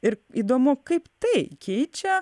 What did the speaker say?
ir įdomu kaip tai keičia